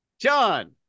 John